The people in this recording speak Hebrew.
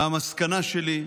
המסקנה שלי היא